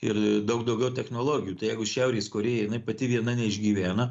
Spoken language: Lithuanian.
ir daug daugiau technologijų tai jeigu šiaurės korėja jinai pati viena neišgyvena